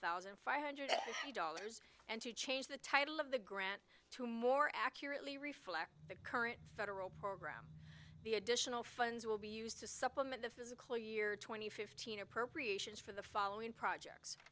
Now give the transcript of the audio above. thousand five hundred dollars and to change the title of the grant to more accurately reflect the current federal program the additional funds will be used to supplement the physical year two thousand and fifteen appropriations for the following projects